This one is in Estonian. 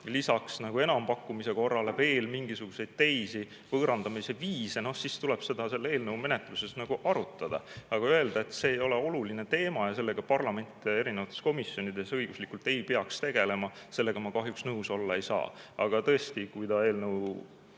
laiendada, enampakkumise korrale lisada veel mingisuguseid teisi võõrandamise viise, siis tuleb seda eelnõu menetlusel arutada. Aga öelda, et see ei ole oluline teema ja sellega parlament erinevates komisjonides õiguslikult ei peaks tegelema, sellega ma kahjuks nõus olla ei saa. Aga tõesti, kui